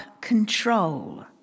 control